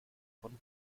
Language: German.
von